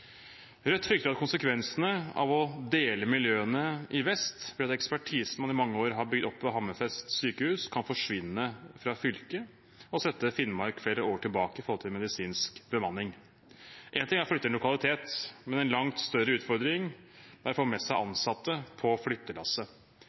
Rødt frykter at konsekvensene av å dele miljøene i Vest-Finnmark blir at den ekspertisen man i mange år har bygd opp ved Hammerfest sykehus, kan forsvinne fra fylket og sette Finnmark flere år tilbake i når det gjelder medisinsk bemanning. Én ting er å flytte en lokalitet, men en langt større utfordring er å få med seg